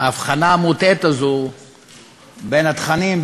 ההבחנה המוטעית הזו בין התכנים,